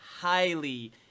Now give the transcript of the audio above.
highly